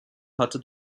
hatte